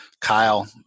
Kyle